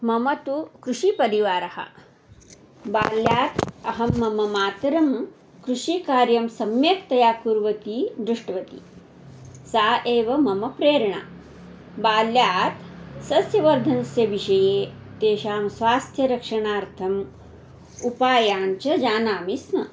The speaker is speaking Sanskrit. मम तु कृषिपरिवारः बाल्यात् अहं मम मातरं कृषिकार्यं सम्यक्तया कुर्वती दृष्टवती सा एव मम प्रेरणा बाल्यात् सस्यवर्धनस्य विषये तेषां स्वास्थ्यरक्षणार्थम् उपायान् च जानामि स्म